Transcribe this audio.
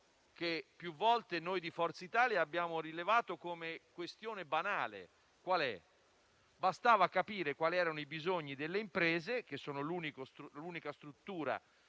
che più volte noi di Forza Italia abbiamo rilevato come questione banale: bastava capire quali erano i bisogni delle imprese, che sono l'unica struttura